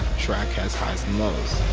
track has highs and lows.